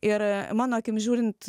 ir mano akimi žiūrint